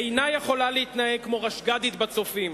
אינה יכולה להתנהג כמו רשג"דית בצופים,